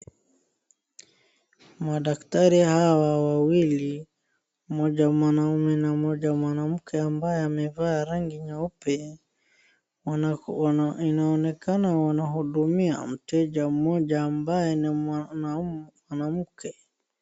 Madaktari hawa wawili, mmoja mwanume na mmoja mwanamke ambaye amevaa rangi nyeupe, wana-inaonekana wanahudumia mteja mmoja ambaye ni mmaanu-mwanamke.